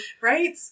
right